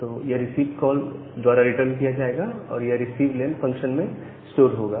तो यह receive call द्वारा रिटर्न किया जाएगा और यह रिसीव लेन फंक्शन में स्टोर होगा